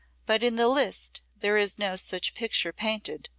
but in the list there is no such picture painted,